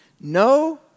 No